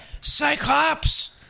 Cyclops